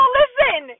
listen